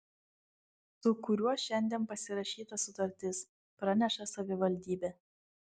su kuriuo šiandien pasirašyta sutartis praneša savivaldybė